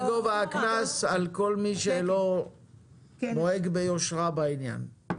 זה גובה הקנס על כל מי שלא נוהג ביושרה בעניין,